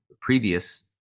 previous